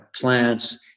plants